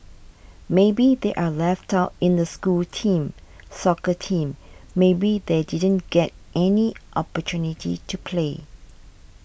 maybe they are left out in the school teams soccer team maybe they didn't get any opportunity to play